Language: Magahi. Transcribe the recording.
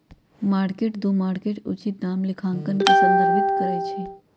मार्क टू मार्केट उचित दाम लेखांकन के संदर्भित करइ छै